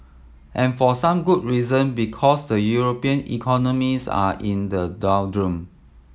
and for some good reason because the European economies are in the doldrums